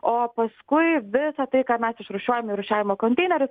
o paskui visa tai ką mes išrūšiuojame į rūšiavimo konteinerius